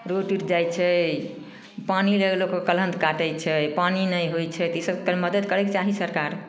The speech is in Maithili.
रोड टुटि जाइ छै पानि लए लोक कलहन्त काटै छै पानि नहि होइ छै तऽ इसबमे मदद करैके चाही सरकार